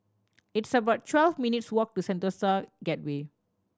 it's about twelve minutes' walk to Sentosa Gateway